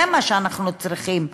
זה מה שאנחנו צריכים,